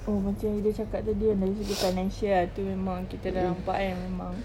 oh macam ida cakap tadi ah dari segi financial ah itu memang kita sudah nampak kan memang